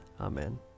Amen